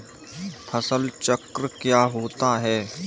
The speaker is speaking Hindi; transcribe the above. फसल चक्र क्या होता है?